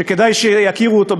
שכדאי שיכירו אותו,